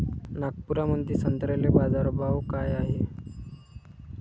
नागपुरामंदी संत्र्याले बाजारभाव काय हाय?